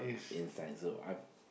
inside so I